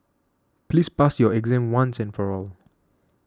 please pass your exam once and for all